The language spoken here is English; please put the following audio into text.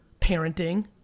parenting